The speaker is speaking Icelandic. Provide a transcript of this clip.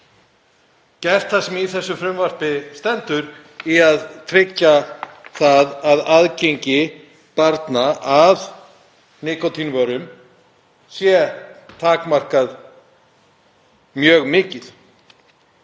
gert sem í þessu frumvarpi stendur, að tryggja að aðgengi barna að nikótínvörum sé takmarkað mjög mikið.